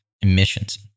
emissions